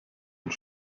und